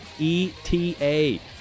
ETA